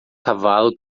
cavalo